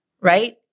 right